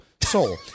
soul